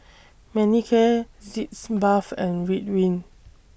Manicare Sitz Bath and Ridwind